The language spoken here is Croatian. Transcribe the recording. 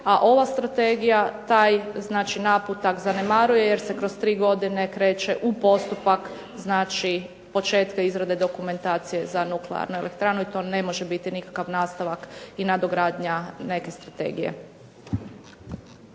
a ova strategija taj naputak zanemaruje jer se kroz 3 godine kreće u postupak znači početka izrade dokumentacije za nuklearnu elektranu i to ne može biti nikakav nastavak i nadogradnja neke strategije.